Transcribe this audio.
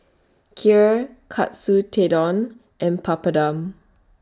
Kheer Katsu Tendon and Papadum